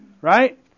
right